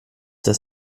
das